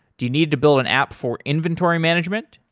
do you need to build an app for inventory management?